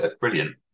brilliant